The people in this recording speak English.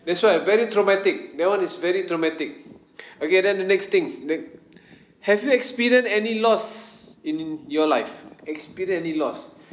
that's why very traumatic that [one] is very traumatic okay then the next thing the have you experience any loss in in your life experience any loss